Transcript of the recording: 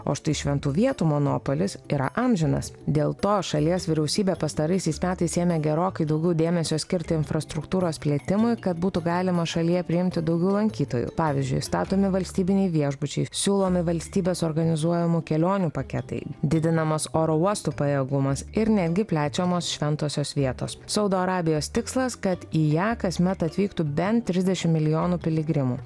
o štai šventų vietų monopolis yra amžinas dėl to šalies vyriausybė pastaraisiais metais ėmė gerokai daugiau dėmesio skirti infrastruktūros plėtimui kad būtų galima šalyje priimti daugiau lankytojų pavyzdžiui statomi valstybiniai viešbučiai siūlomi valstybės organizuojamų kelionių paketai didinamas oro uostų pajėgumas ir netgi plečiamos šventosios vietos saudo arabijos tikslas kad į ją kasmet atvyktų bent trisdešim milijonų piligrimų